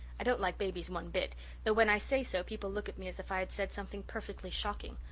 i don't like babies one bit though when i say so people look at me as if i had said something perfectly shocking.